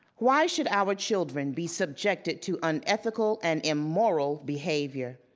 why should our children be subjected to unethical and immoral behavior,